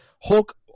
Hulk